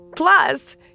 Plus